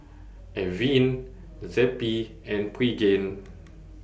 Avene Zappy and Pregain